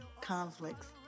conflicts